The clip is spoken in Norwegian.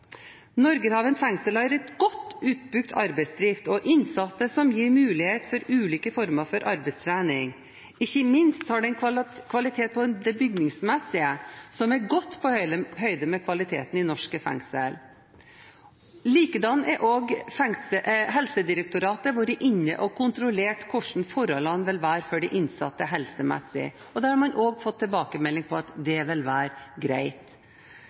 Norgerhaven fengsel har en godt utbygget arbeidsdrift for innsatte som gir mulighet for ulike former for arbeidstrening. Ikke minst har fengselet en bygningsmessig kvalitet som er godt på høyde med kvaliteten i norske fengsel. Helsedirektoratet har også vært inne og kontrollert hvordan forholdene vil være for de innsatte helsemessig. Da har man fått tilbakemelding om at det vil være greit.